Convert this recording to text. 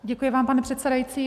Děkuji vám, pane předsedající.